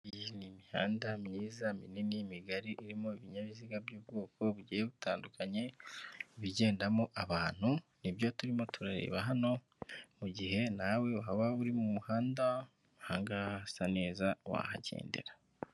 Iyi ni imihanda myiza minini, migari. Urimo ibinyabiziga by'ubwoko bugiye butandukanye, ibigendamo abantu nibyo turimo turareba. mugihe nawe waba uri mumuhanda, ahangaha hasa neza nawe wahagendera.